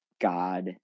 God